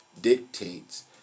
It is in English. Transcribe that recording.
dictates